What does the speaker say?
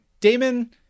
Damon